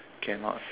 cannot